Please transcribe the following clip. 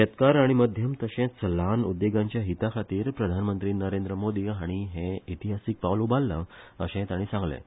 शेतकार आनी मध्यम तशेंच ल्हान उद्देगांच्या हिताखातीर प्रधानमंत्री नरेंद्र मोदी हाणी हे इतिहासीक पावल उबारला अशें ताणी सांगलें